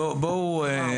מלחמה.